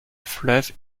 fleuve